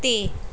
ਅਤੇ